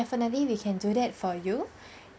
~initely we can do that for you